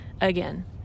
again